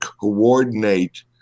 coordinate